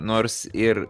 nors ir